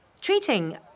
treating